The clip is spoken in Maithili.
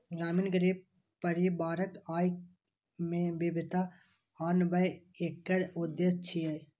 ग्रामीण गरीब परिवारक आय मे विविधता आनब एकर उद्देश्य छियै